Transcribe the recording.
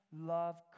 love